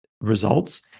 results